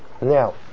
Now